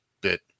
bit